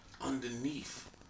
underneath